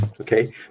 okay